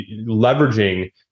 leveraging